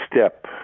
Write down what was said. step